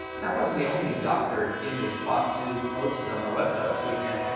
that wasn't the only doctored image fox news posted on their website this weekend.